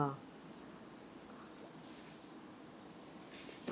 uh